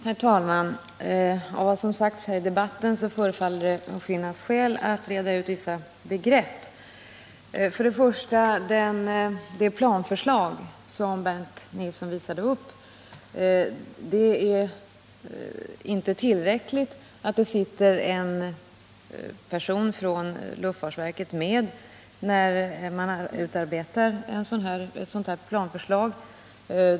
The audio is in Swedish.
Herr talman! Av vad som sagts här i debatten förefaller det att finnas skäl att reda ut vissa begrepp. Vad beträffar det planförslag som Bernt Nilsson visade upp är det inte tillräckligt att en person från luftfartsverket sitter med när man utarbetar ett sådant.